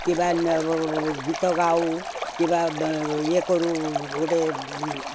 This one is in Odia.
କିମ୍ବା ଗୀତ ଗାଉ କିମ୍ବା ଇଏ କରୁ ଗୋଟେ